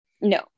no